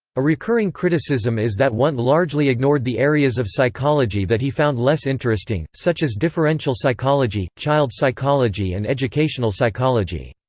a recurring criticism is that wundt largely ignored the areas of psychology that he found less interesting, such as differential psychology, child psychology and educational psychology.